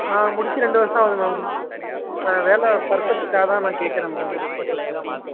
ஆ முடிச்சு ரெண்டு வருஷம் ஆகுது மேம் ஆ வேலை பர்பஸ்க்காகதான் நான் கேட்குறேன் மேம் இப்போ ஓர்க் பர்பஸ்க்காக தான்